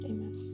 Amen